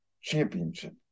Championship